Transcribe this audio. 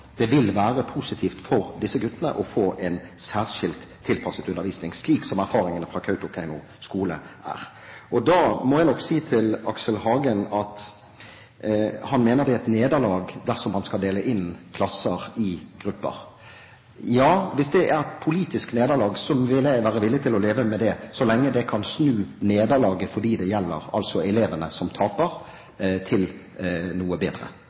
det vil være positivt for disse guttene å få en særskilt tilpasset undervisning, slik erfaringene fra Kautokeino skole viser. Da må jeg nok si til Aksel Hagen, som mener det er et nederlag dersom man skal dele klasser inn i grupper: Ja, hvis det er et politisk nederlag, vil jeg være villig til å leve med det så lenge det kan snu nederlaget for dem det gjelder, altså elevene som taper, til noe bedre.